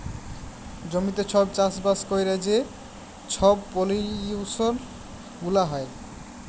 জমিতে ছব চাষবাস ক্যইরে যে ছব পলিউশল গুলা হ্যয়